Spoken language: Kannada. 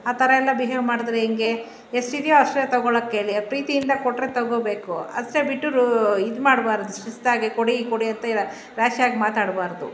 ಆ ಥರ ಎಲ್ಲ ಬಿಹೇವ್ ಮಾಡಿದರೆ ಹೆಂಗೆ ಎಷ್ಟು ಇದೆಯೋ ಅಷ್ಟೇ ತಗೋಳೋಕ್ಕೇಳಿ ಪ್ರೀತಿಯಿಂದ ಕೊಟ್ಟರೆ ತಗೋಬೇಕು ಅಷ್ಟೇ ಬಿಟ್ಟು ಇದು ಮಾಡಬಾರ್ದು ಶಿಸ್ತಾಗಿ ಕೊಡಿ ಕೊಡಿ ಅಂತ ರ್ಯಾಷಾಗಿ ಮಾತಾಡಬಾರ್ದು